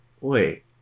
wait